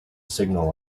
signal